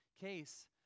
case